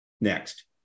Next